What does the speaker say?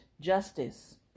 justice